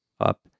Up